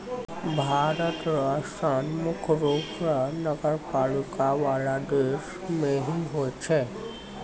भारत र स्थान मुख्य रूप स नगरपालिका वाला देश मे ही होय छै